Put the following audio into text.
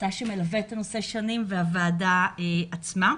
אתה שמלווה את הנושא שנים והוועדה עצמה.